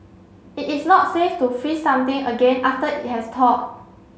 it is not safe to freeze something again after it has thawed